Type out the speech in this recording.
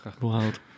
wild